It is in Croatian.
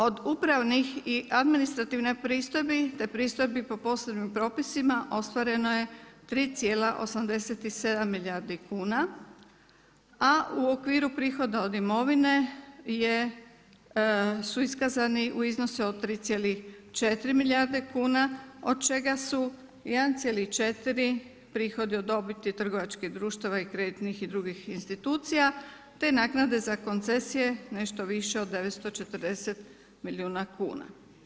Od upravnih i administrativnih pristojbi, te pristojbi po posebnim propisima, ostvareno je 3,87 milijardi kuna, a u okviru prihoda od imovine je, su iskazani u iznosu od 3,4 milijarde kuna, od čega su 1,4 prihodi od dobiti trgovačkih društava i kreditnih i drugih institucija, te naknade za koncesije, nešto više od 940 milijuna kuna.